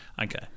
Okay